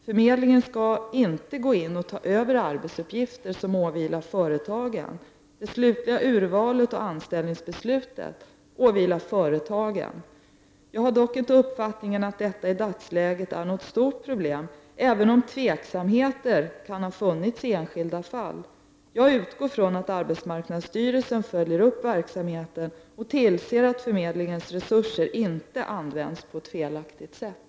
Förmedlingen skall inte gå in och ta över arbetsuppgifter som åvilar företagen. Det slutliga urvalet och anställningsbeslutet åvilar företagen. Jag har dock inte uppfattningen att detta i dagsläget är något stort problem, även om tveksamheter kan ha funnits i enskilda fall. Jag utgår från att arbetsmarknadsstyrelsen följer upp verksamheten och tillser att förmedlingens resurser inte används på ett felaktigt sätt.